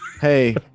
Hey